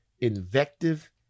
invective